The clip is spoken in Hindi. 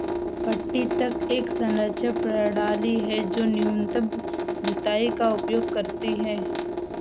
पट्टी तक एक संरक्षण प्रणाली है जो न्यूनतम जुताई का उपयोग करती है